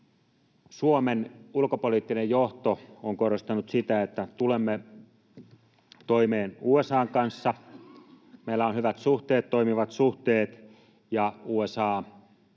Suomen ulkopoliittinen johto on korostanut sitä, että tulemme toimeen USA:n kanssa, meillä on hyvät suhteet, toimivat suhteet ja että